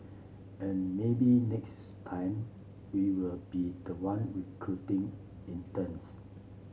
and maybe next time we will be the one recruiting interns